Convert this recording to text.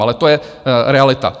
Ale to je realita.